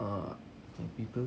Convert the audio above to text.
uh like people